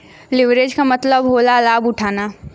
leverage के मतलब होला लाभ उठाना